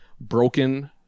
broken